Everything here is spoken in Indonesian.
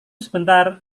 sebentar